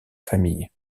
famille